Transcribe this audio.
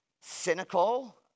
cynical